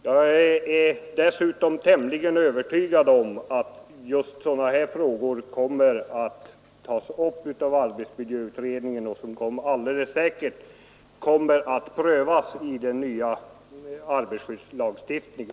Jag är dessutom tämligen övertygad om att just sådana här problem kommer att tas upp av arbetsmiljöutredningen och alldeles säkert kommer att prövas i samband med den nya arbetarlagstiftningen.